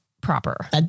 proper